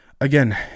again